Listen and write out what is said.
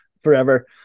forever